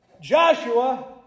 Joshua